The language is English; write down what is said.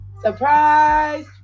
Surprise